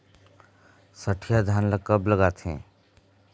सठिया धान ला कब लगाथें?